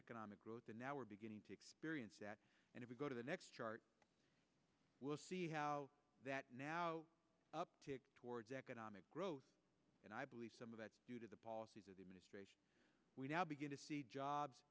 economic growth and now we're beginning to experience that and if we go to the next chart we'll see how that now uptick towards economic growth and i believe some of that due to the policies of the ministration we now begin to see jobs